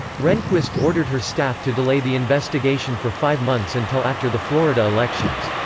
rehnquist ordered her staff to delay the investigation for five months until after the florida elections.